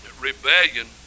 Rebellion